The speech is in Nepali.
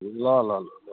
ल ल ल